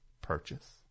purchase